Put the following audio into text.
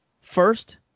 first